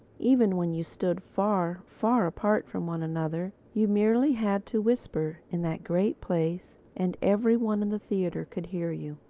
even when you stood far, far apart from one another, you merely had to whisper in that great place and every one in the theatre could hear you.